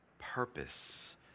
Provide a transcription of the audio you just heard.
purpose